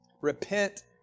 Repent